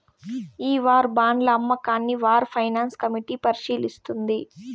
ఈ వార్ బాండ్ల అమ్మకాన్ని వార్ ఫైనాన్స్ కమిటీ పరిశీలిస్తుంది